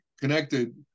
connected